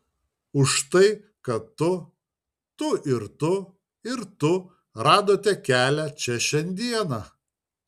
už tai kad tu tu ir tu ir tu radote kelią čia šiandieną